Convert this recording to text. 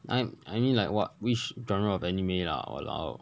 I I need like what which genre of anime lah !walao!